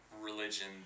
religion